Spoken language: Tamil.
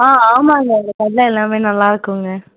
ஆ ஆமாங்க இங்கே எல்லாம் நல்லாயிருக்குங்க